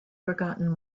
forgotten